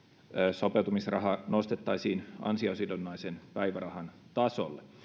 sopeutumisraha nostettaisiin ansiosidonnaisen päivärahan tasolle